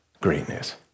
greatness